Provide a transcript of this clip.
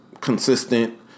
consistent